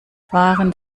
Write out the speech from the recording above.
fahren